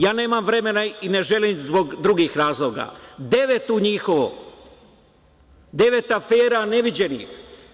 Ja nema vremena i ne želim iz drugih razloga, devet u njihovo, devet afera neviđenih.